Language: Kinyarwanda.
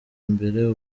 imbere